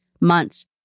months